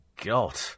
God